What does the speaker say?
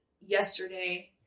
yesterday